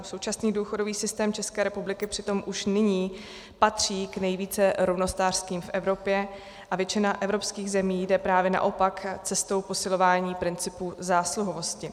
Současný důchodový systém České republiky už nyní patří k nejvíce rovnostářským v Evropě a většina evropských zemí jde právě naopak cestou posilování principů zásluhovosti.